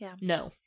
no